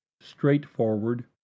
straightforward